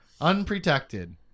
unprotected